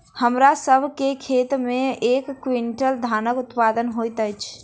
हमरा सभ के खेत में एक क्वीन्टल धानक उत्पादन होइत अछि